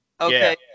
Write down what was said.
Okay